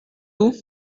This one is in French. vous